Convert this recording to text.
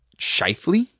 Shifley